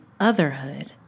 otherhood